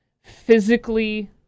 physically